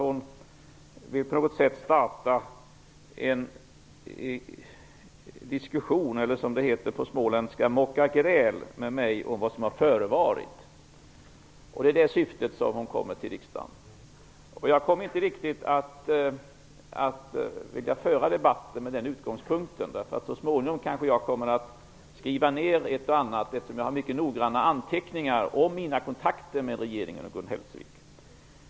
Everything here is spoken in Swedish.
Hon vill på något sätt starta en diskussion eller, som det heter på småländska, mocka gräl med mig om vad som har förevarit. I det syftet kommer hon till riksdagen. Jag vill inte riktigt föra debatten med den utgångspunkten. Så småningom kanske jag kommer att skriva ner ett och annat, eftersom jag har mycket noggranna anteckningar om mina kontakter med regeringen och Gun Hellsvik.